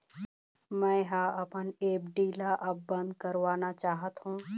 मै ह अपन एफ.डी ला अब बंद करवाना चाहथों